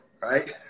right